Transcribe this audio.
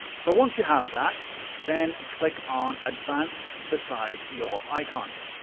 so, once you have that then and click on advanced beside your icon.